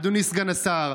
אדוני סגן השר,